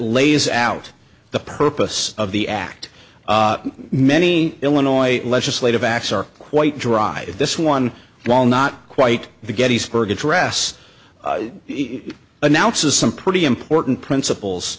lays out the purpose of the act many illinois legislative acts are quite dry this one while not quite the gettysburg address he announces some pretty important principles